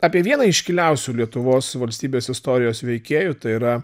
apie vieną iškiliausių lietuvos valstybės istorijos veikėjų tai yra